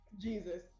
Jesus